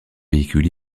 véhicule